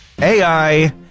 AI